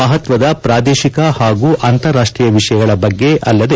ಮಹತ್ವದ ಪ್ರಾದೇಶಿಕ ಹಾಗೂ ಅಂತಾರಾಷ್ಟೀಯ ವಿಷಯಗಳ ಬಗ್ಗೆ ಅಲ್ಲದೆ